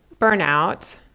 burnout